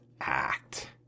act